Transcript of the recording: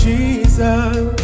Jesus